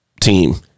team